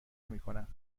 نمیکنم